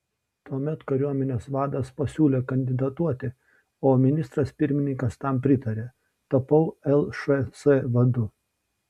tuomet kariuomenės vadas pasiūlė kandidatuoti o ministras pirmininkas tam pritarė tapau lšs vadu